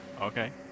Okay